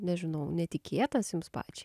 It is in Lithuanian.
nežinau netikėtas jums pačiai